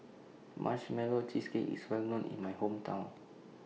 Marshmallow Cheesecake IS Well known in My Hometown